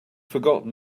forgotten